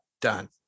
done